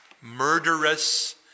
murderous